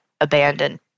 abandoned